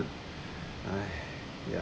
ya